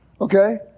Okay